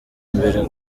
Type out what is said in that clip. imbere